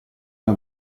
una